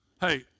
hey